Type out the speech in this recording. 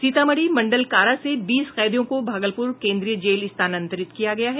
सीतामढ़ी मंडल कारा से बीस कैदियों को भागलपुर केन्द्रीय जेल स्थानांतरित किया गया है